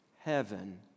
heaven